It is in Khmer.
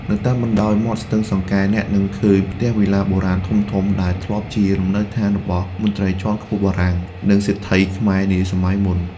នៅតាមបណ្តោយមាត់ស្ទឹងសង្កែ អ្នកនឹងឃើញផ្ទះវីឡាបុរាណធំៗ ដែលធ្លាប់ជាលំនៅដ្ឋានរបស់មន្ត្រីជាន់ខ្ពស់បារាំង និងសេដ្ឋីខ្មែរនាសម័យមុន។